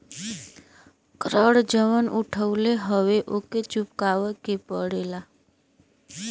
ऋण जउन उठउले हौ ओके चुकाए के पड़ेला